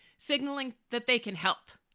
signaling that they can help,